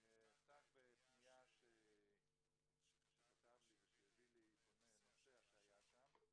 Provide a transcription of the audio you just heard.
אני אפתח בפנייה שהביא לי נוסע שהיה שם.